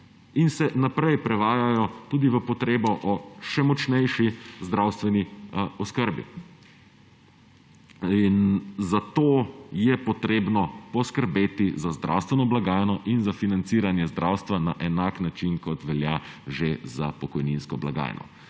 in se naprej prevajajo tudi v potrebo po še močnejši zdravstveni oskrbi. Zato je treba poskrbeti za zdravstveno blagajno in za financiranje zdravstva na enak način, kot velja že za pokojninsko blagajno.